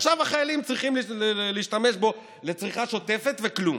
עכשיו החיילים צריכים להשתמש בו לצריכה שוטפת וכלום.